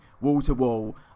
wall-to-wall